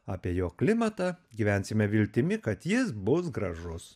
apie jo klimatą gyvensime viltimi kad jis bus gražus